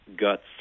guts